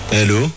Hello